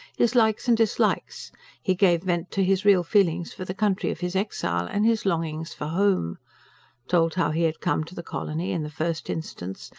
his likes and dislikes he gave vent to his real feelings for the country of his exile, and his longings for home told how he had come to the colony, in the first instance,